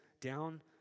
down